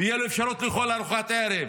ותהיה לו אפשרות לאכול ארוחת ערב.